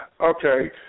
Okay